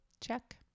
check